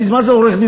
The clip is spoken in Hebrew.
כי מה זה עורך-דין?